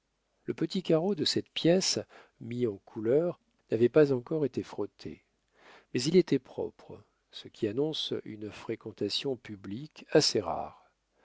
le petit carreau de cette pièce mis en couleur n'avait pas encore été frotté mais il était propre ce qui annonçait une fréquentation publique assez rare